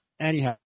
Anyhow